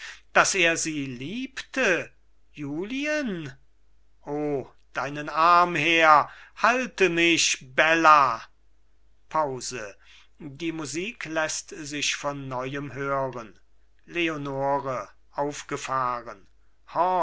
daß er sie liebte julien o deinen arm her halte mich bella pause die musik läßt sich von neuem hören leonore aufgefahren